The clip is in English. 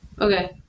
Okay